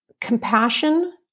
compassion